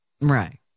Right